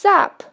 up